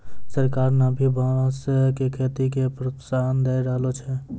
सरकार न भी बांस के खेती के प्रोत्साहन दै रहलो छै